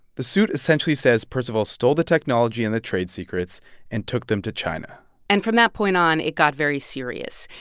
the suit essentially says percival stole the technology and the trade secrets and took them to china and from that point on, it got very serious.